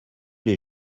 les